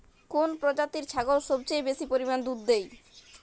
কোন প্রজাতির ছাগল সবচেয়ে বেশি পরিমাণ দুধ দেয়?